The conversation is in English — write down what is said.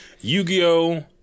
Yu-Gi-Oh